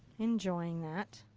enjoying that.